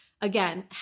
Again